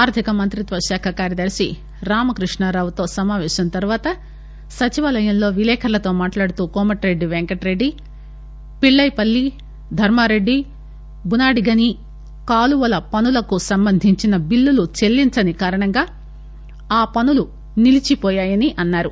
ఆర్దిక మంత్రిత్వశాఖ కార్యదర్పి రామకృష్ణారావుతో సమాపేశం తర్పాత సచివాలయంలో విలేఖర్లతో మాట్లాడుతూ కోమటిరెడ్డి పెంకటరెడ్డి పిల్లెపల్లి ధర్మారెడ్డి బునాడిగని కాలువల పనులకు సంబంధించిన బిల్లులు చెల్లించని కారణంగా ఆ పనులు నిలిచిపోయాయని అన్నారు